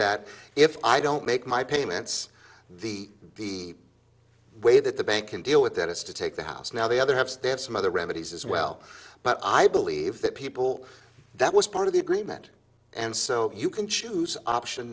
that if i don't make my payments the the way that the bank can deal with that is to take the house now the other have to stand some other remedies as well but i believe that people that was part of the agreement and so you can choose option